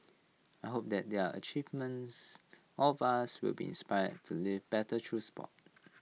I hope that their achievements all of us will be inspire to live better through Sport